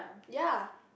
ya